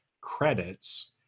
credits